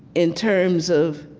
in terms of